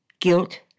Guilt